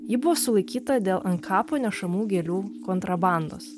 ji buvo sulaikyta dėl ant kapo nešamų gėlių kontrabandos